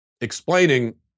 explaining